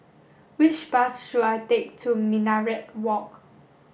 which bus should I take to Minaret Walk